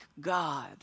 God